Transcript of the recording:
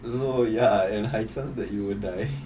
so ya and high chance that you will die